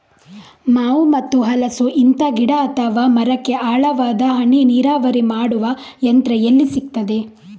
ಮಾವು ಮತ್ತು ಹಲಸು, ಇಂತ ಗಿಡ ಅಥವಾ ಮರಕ್ಕೆ ಆಳವಾದ ಹನಿ ನೀರಾವರಿ ಮಾಡುವ ಯಂತ್ರ ಎಲ್ಲಿ ಸಿಕ್ತದೆ?